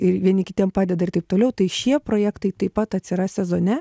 ir vieni kitiems padeda ir taip toliau tai šie projektai taip pat atsiras sezone